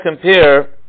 compare